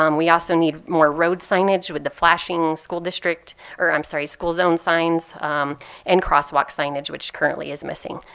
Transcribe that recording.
um we also need more road signage with the flashing school district or i'm sorry, school zone signs and crosswalk signage, which currently is missing.